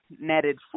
netted